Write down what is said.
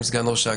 היושב-ראש,